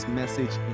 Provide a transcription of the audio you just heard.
message